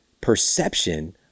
perception